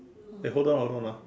eh hold on hold on ah